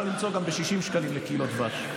אפשר למצוא גם ב-60 שקלים קילו דבש.